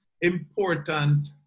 important